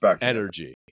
energy